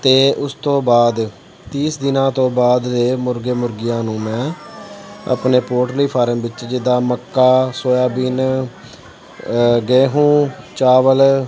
ਅਤੇ ਉਸ ਤੋਂ ਬਾਅਦ ਤੀਹ ਦਿਨਾਂ ਤੋਂ ਬਾਅਦ ਦੇ ਮੁਰਗੇ ਮੁਰਗੀਆਂ ਨੂੰ ਮੈਂ ਆਪਣੇ ਪੋਲਟਲੀ ਫਾਰਮ ਵਿੱਚ ਜਿੱਦਾਂ ਮੱਕਾ ਸੋਇਆਬੀਨ ਗੇਹੂ ਚਾਵਲ